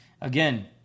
Again